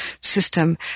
system